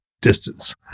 distance